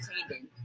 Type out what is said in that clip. entertaining